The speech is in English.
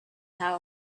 house